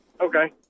Okay